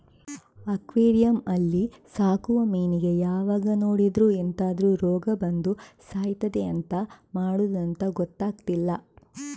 aquarium ಅಲ್ಲಿ ಸಾಕುವ ಮೀನಿಗೆ ಯಾವಾಗ ನೋಡಿದ್ರೂ ಎಂತಾದ್ರೂ ರೋಗ ಬಂದು ಸಾಯ್ತದೆ ಎಂತ ಮಾಡುದಂತ ಗೊತ್ತಾಗ್ತಿಲ್ಲ